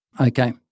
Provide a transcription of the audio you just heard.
Okay